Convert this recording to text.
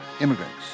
immigrants